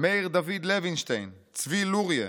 מאיר דוד לוינשטיין, צבי לוריא,